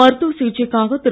மருத்துவ சிகிச்சைக்காக திரு